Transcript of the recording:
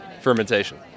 fermentation